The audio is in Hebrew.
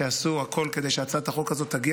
שעשו הכול כדי שהצעת החוק הזו תגיע